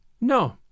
No